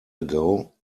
ago